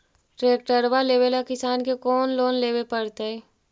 Tractor लेवेला किसान के कौन लोन लेवे पड़तई?